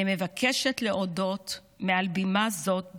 אני מבקשת להודות להן מעל בימה זאת,